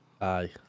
Aye